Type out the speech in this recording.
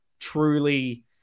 Truly